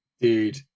dude